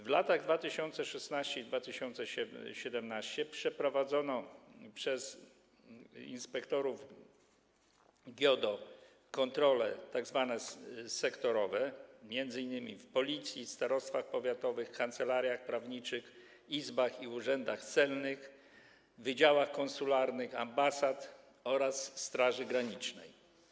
W latach 2016 i 2017 przeprowadzono przez inspektorów GIODO tzw. kontrole sektorowe, m.in. w Policji, starostwach powiatowych, kancelariach prawniczych, izbach i urzędach celnych, wydziałach konsularnych ambasad oraz Straży Granicznej.